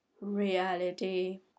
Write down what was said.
Reality